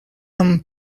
and